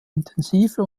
intensive